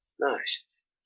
Nice